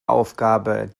aufgabe